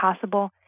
possible